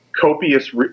copious